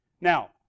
Now